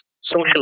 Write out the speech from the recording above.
social